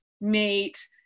mate